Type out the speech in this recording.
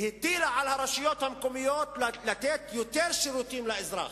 היא הטילה על הרשויות המקומיות לתת יותר שירותים לאזרח,